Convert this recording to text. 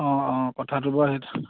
অঁ অঁ কথাটো বাৰু সেইটো